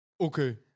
okay